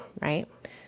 right